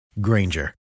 Granger